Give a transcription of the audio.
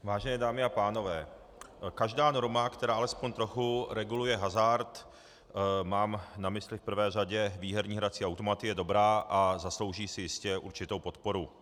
Vážené dámy a pánové, každá norma, která alespoň trochu reguluje hazard, mám na mysli v prvé řadě výherní hrací automaty, je dobrá a zaslouží si jistě určitou podporu.